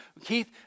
Keith